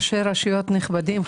ראשי רשויות נכבדים,